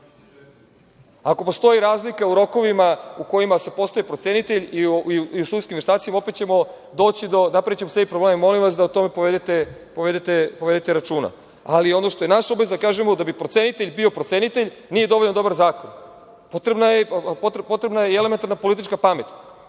postoji razlika u rokovima u kojima se postaje procenitelj i u sudskim veštacima, opet ćemo napraviti sebi probleme. Molim vas da o tome povedete računa. Ono što je naša obaveza da kažemo, da bi procenitelj bio procenitelj, nije dovoljno dobar zakon. Potrebna je i elementarna politička pamet.